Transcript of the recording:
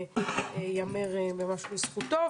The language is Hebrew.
יאמר ממש לזכותו,